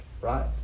right